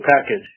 package